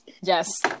Yes